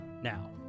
Now